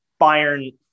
Bayern